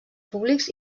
públics